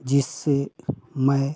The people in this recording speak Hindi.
जिससे मैं